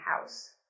house